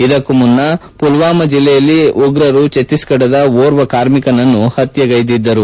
ಇದಕ್ಕೂ ಮುನ್ನ ಪುಲ್ವಾಮ ಜಿಲ್ಲೆಯಲ್ಲಿ ಉಗ್ರರು ಛತ್ತೀಸ್ಗಢದ ಓರ್ವ ಕಾರ್ಮಿಕನನ್ನು ಹತ್ಯೆಗ್ವೆಗಿದ್ದರು